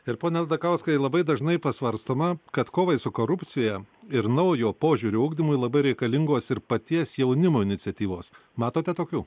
ir pone aldakauskai labai dažnai pasvarstoma kad kovai su korupcija ir naujo požiūrio ugdymui labai reikalingos ir paties jaunimo iniciatyvos matote tokių